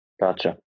Gotcha